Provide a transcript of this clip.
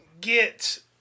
get